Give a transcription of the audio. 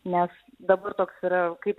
nes dabar toks yra kaip